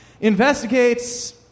investigates